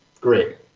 great